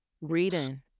reading